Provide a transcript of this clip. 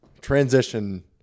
transition